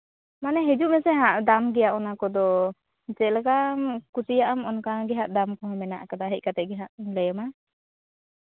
ᱢᱟᱱᱮ ᱦᱤᱡᱩᱜ ᱢᱮᱥᱮ ᱦᱟᱸᱜ ᱫᱟᱢ ᱜᱮᱭᱟ ᱚᱱᱟ ᱠᱚᱫᱚ ᱡᱮᱞᱮᱠᱟᱢ ᱠᱩᱥᱤᱭᱟᱜᱼᱟ ᱚᱱᱠᱟ ᱜᱮᱦᱟᱸᱜ ᱫᱟᱢ ᱠᱚᱦᱚᱸ ᱢᱮᱱᱟᱜ ᱠᱟᱫᱟ ᱦᱮᱡ ᱠᱟᱛᱮ ᱜᱮᱦᱟᱸᱜ ᱞᱟᱹᱭ ᱟᱢᱟ